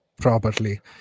properly